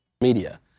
Media